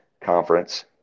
conference